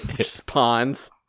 spawns